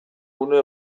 gune